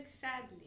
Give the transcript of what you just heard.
sadly